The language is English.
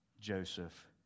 Joseph